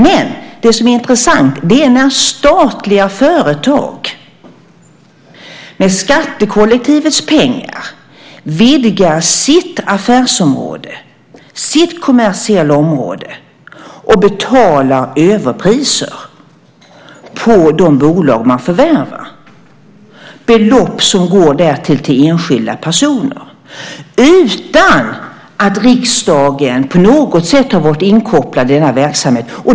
Men det som är intressant är när statliga företag med skattekollektivets pengar vidgar sitt affärsområde, sitt kommersiella område, och betalar överpriser för de bolag man förvärvar, belopp som går till enskilda personer, utan att riksdagen på något sätt har varit inkopplad på verksamheten.